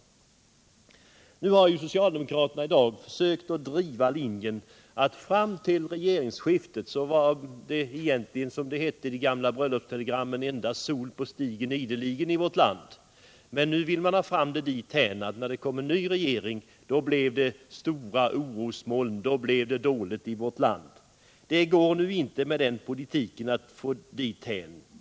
Nu har ju socialdemokraterna i dag försökt driva linjen att fram till regeringsskiftet var det, för att säga som det hette i det gamla bröllopstelegrammen, ”endast sol på stigen ideligen” i vårt land. Nu vill man ha det dithän, att när det kom en ny regering blev det stora orosmoln, då blev det dåligt i vårt land. Men det går inte att argumentera på det sättet.